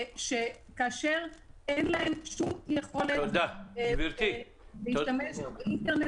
כאשר אין להם שום יכולת להשתמש באינטרנט